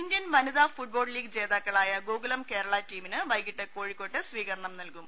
Indian വനിതാ football league ജേതാക്കളായ ഗോകുലം കേരള ടീമിന് വൈകീട്ട് കോഴിക്കോട്ട് സ്വീകരണം നൽകും